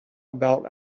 about